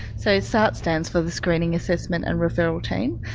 so sart stands for the screening assessment and referral team.